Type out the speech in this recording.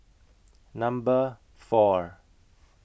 Number four